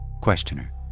Questioner